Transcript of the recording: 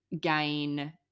gain